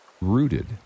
rooted